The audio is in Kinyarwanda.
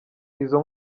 izo